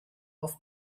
auf